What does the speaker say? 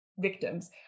Victims